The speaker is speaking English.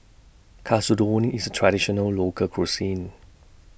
Katsudon IS A Traditional Local Cuisine